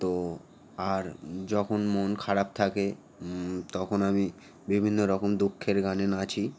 তো আর যখন মন খারাপ থাকে তখন আমি বিভিন্ন রকম দুঃখের গানে নাচি